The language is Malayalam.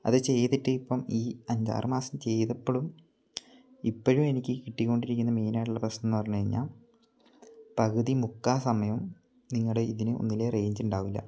അത് ചെയ്തിട്ട് ഇപ്പം ഈ അഞ്ച് ആറ് മാസം ചെയ്തപ്പളും ഇപ്പോഴും എനിക്ക് കിട്ടിക്കൊണ്ടിരിക്കുന്ന മെയിനായിട്ടുള്ള പ്രശ്നം എന്ന് പറഞ്ഞ് കഴിഞ്ഞാൽ പകുതി മുക്കാൽ സമയോം നിങ്ങളുടെ ഇതിന് ഒന്നീൽ റേഞ്ച്ണ്ടാവില്ല